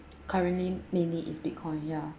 currently mainly is bitcoin ya